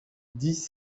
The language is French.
dix